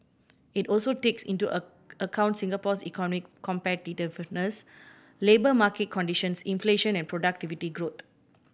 it also takes into a account Singapore's economic competitiveness labour market conditions inflation and productivity growth